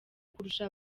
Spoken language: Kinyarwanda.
kurusha